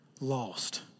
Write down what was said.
lost